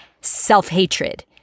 self-hatred